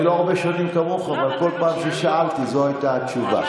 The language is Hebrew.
אני לא הרבה שנים כמוך אבל כל פעם כששאלתי זו הייתה התשובה.